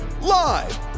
Live